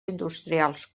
industrials